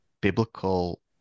biblical